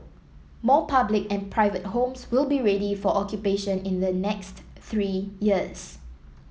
more public and private homes will be ready for occupation in the next three years